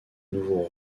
nouveau